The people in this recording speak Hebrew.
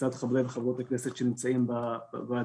לצד חברי וחברות הכנסת שנמצאים בוועדה.